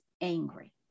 angry